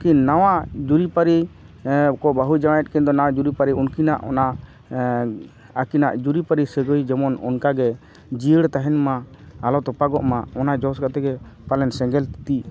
ᱩᱱᱠᱤᱱ ᱱᱟᱣᱟ ᱡᱩᱨᱤᱯᱟᱹᱨᱤ ᱠᱚ ᱵᱟᱹᱦᱩ ᱡᱟᱶᱟᱭᱮᱫ ᱠᱤᱱᱫᱚ ᱱᱟᱣᱟ ᱡᱩᱨᱤᱯᱟᱹᱨᱤ ᱩᱱᱠᱤᱱᱟᱜ ᱚᱱᱟ ᱟᱹᱠᱤᱱᱟᱜ ᱡᱩᱨᱤᱯᱟᱹᱨᱤ ᱥᱟᱹᱜᱟᱹᱭ ᱡᱮᱢᱚᱱ ᱚᱱᱠᱟᱜᱮ ᱡᱤᱭᱟᱹᱲ ᱛᱟᱦᱮᱱᱢᱟ ᱟᱞᱚ ᱛᱚᱯᱟᱜ ᱢᱟ ᱚᱱᱟ ᱡᱚᱥ ᱠᱟᱛᱮᱜᱮ ᱯᱟᱞᱮᱱ ᱥᱮᱸᱜᱮᱞ ᱛᱤᱛᱤ